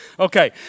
Okay